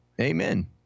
Amen